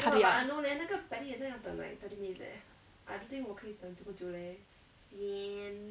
cut it ah